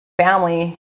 family